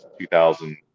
2000